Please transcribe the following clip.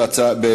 התשע"ה 2015,